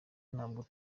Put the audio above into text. ntabwo